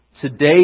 Today